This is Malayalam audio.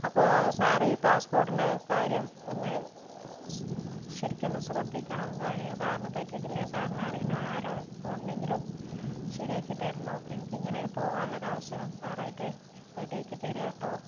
അപ്പോൾ സാറീ പാസ്സ്പോർട്ടിൻ്റെ കാര്യം ഒന്നു ശരിക്കൊന്നു ശ്രദ്ധിക്കണം കാര്യം സാറിന് പറ്റിയിട്ടില്ലെങ്കിൽ സാറിനെ അറിയണവരാരൊക്കെയുണ്ടെങ്കിലും ശരിയാക്കിത്തരണം എനിക്കിങ്ങനൊരു പോകാനുള്ളൊരവസരം സാറായിട്ട് റെഡിയാക്കി തരുമോ കേട്ടോ